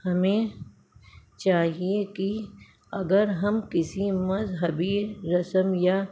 ہمیں چاہیے کہ اگر ہم کسی مذہبی رسم یا